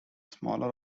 smaller